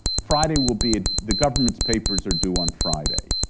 friday will be, the government's papers are due on friday.